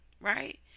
right